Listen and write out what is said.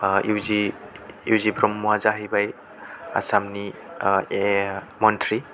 U G Brahma आ जाहैबाय आसामनि मन्थ्रि